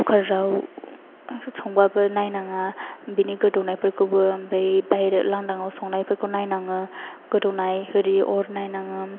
कुकार आव संबाबो नायनाङा बेनि गोदौनायफोरखौबो ओमफ्राय बाहेरायाव लांदांआव संनायफोरखौ नायनाङो गोदौनाय आरि अर नायनाङो